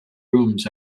rooms